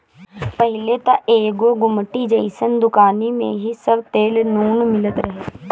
पहिले त एगो गुमटी जइसन दुकानी में ही सब तेल नून मिलत रहे